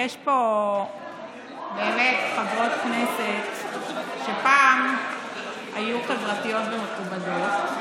יש פה באמת חברות כנסת שפעם היו חברתיות ומכובדות,